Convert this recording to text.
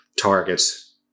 targets